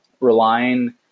relying